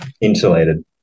insulated